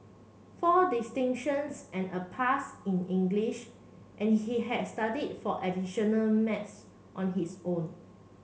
four distinctions and a pass in English and he had studied for additional maths on his own